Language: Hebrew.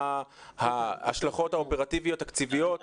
מה ההשלכות האופרטיביות התקציביות בשטח.